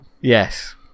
Yes